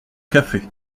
café